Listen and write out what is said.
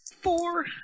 four